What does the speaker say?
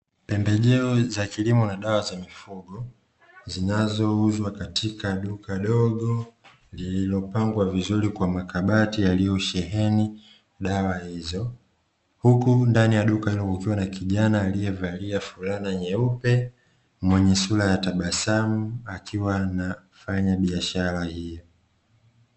Pembejeo za kilimo na dawa za mifugo zinauzwa katika duka dogo lililopangwa vizuri kwa makabati yaliyosheheni dawa hizo, huku ndani ya duka hilo kukiwa na kijana aliyevalia fulana nyeupe akiwa na tabasamu akiwa anafanya biashara hiyo.